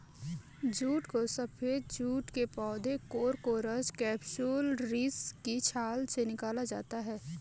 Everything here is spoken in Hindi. जूट को सफेद जूट के पौधे कोरकोरस कैप्सुलरिस की छाल से निकाला जाता है